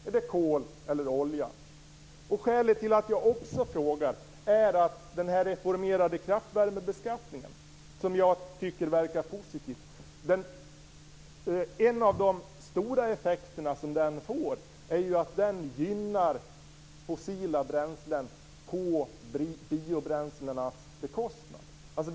Är det kol eller olja? Ett annat skäl till att jag frågar är att en av de stora effekterna av den reformerade kraftvärmebeskattningen, som jag i övrigt tycker verkar positiv, är att den gynnar fossila bränslen på biobränslenas bekostnad.